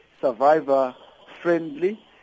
survivor-friendly